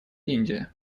индия